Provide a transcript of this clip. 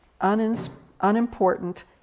unimportant